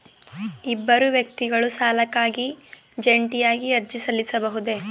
ಇಬ್ಬರು ವ್ಯಕ್ತಿಗಳು ಸಾಲಕ್ಕಾಗಿ ಜಂಟಿಯಾಗಿ ಅರ್ಜಿ ಸಲ್ಲಿಸಬಹುದೇ?